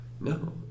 no